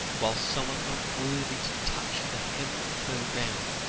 whilst someone not worthy to touch the hem of her gown,